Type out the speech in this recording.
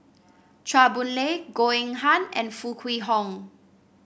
Chua Boon Lay Goh Eng Han and Foo Kwee Horng